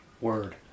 Word